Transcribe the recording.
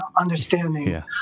understanding